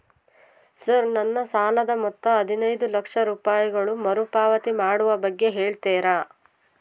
Sir ನನ್ನ ಸಾಲದ ಮೊತ್ತ ಹದಿನೈದು ಲಕ್ಷ ರೂಪಾಯಿಗಳು ಮರುಪಾವತಿ ಮಾಡುವ ಬಗ್ಗೆ ಹೇಳ್ತೇರಾ?